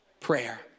prayer